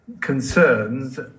concerns